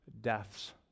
deaths